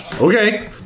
Okay